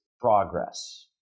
progress